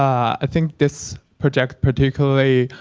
i think this project, particularly